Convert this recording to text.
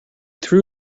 threw